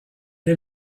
est